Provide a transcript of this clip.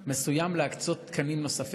מסוים להקצות תקנים נוספים,